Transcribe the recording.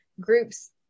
groups